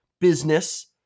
business